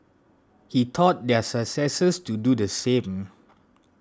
he taught their successors to do the same